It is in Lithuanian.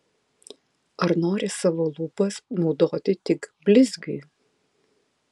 ar nori savo lūpas naudoti tik blizgiui